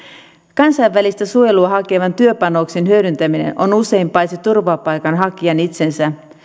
kansainvälistä suojelua hakevan työpanoksen hyödyntäminen on usein paitsi turvapaikanhakijan itsensä